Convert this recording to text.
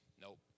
Nope